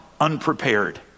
unprepared